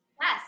Yes